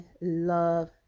love